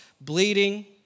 bleeding